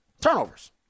Turnovers